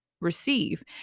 receive